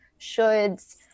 shoulds